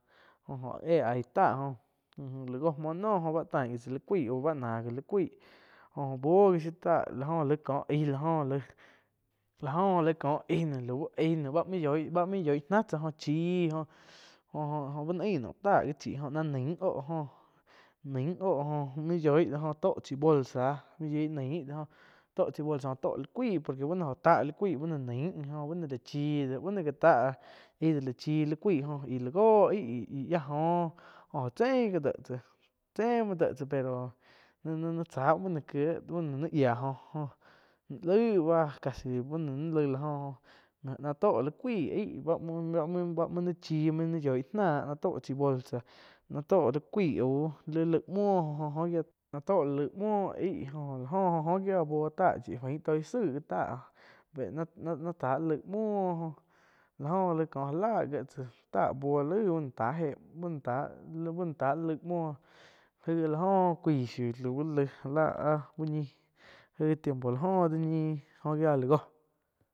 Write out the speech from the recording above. Jo oh éh aih táh oh láh gó muoh noh joh bá tain tzah ni cuaih auh báh na gi li cuaih joh buoh gi shiu táh láh oh laig ko aih, láh oh oh laig ko aih lau ain no ba, main yoi náh tsá chi oh jo-jo bá no ain naum táh chií oh náh nain oh jó main yoih tó chai bolsa main yoih nain ho jó tó chai bolsa tó li cuaih báh no oh ja ta li cuaih jo bu no la chi, buo no ga táh aih la chi li cuaih jo aih la jóh yíah joh oh jo chein gi déh tsáh chem muoh déh tsá pero ni-ni cha muoh kieh ba no nain yiah joh laih casi bu noh nain laig la oh, oh náh toh li cuaih aih ba muo ba muo nain chií main yoih nah ná to chai bolsa náh tóh li cuaih au li laig muoh jo la oh buoh tah chi toig tzai táh na-na táh li laig muoh jo la oh laig ko áh láh áh gie tzá táh buoh laig bu no tha, bu no tha li laig muoh ahig áh la jo cuai shiu li laig já la áh uh ñih jai tiempo la oh dá ñi oh giá la góh.